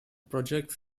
projects